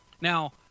Now